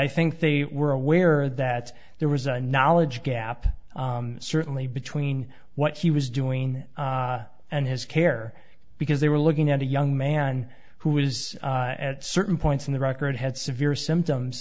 i think they were aware that there was a knowledge gap certainly between what he was doing and his care because they were looking at a young man who was at certain points in the record had severe symptoms